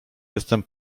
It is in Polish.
jestem